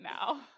now